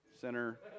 Center